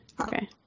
okay